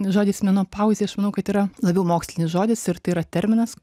žodis menopauzė aš manau kad yra labiau mokslinis žodis ir tai yra terminas